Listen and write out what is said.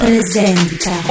Presenta